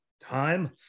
time